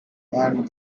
and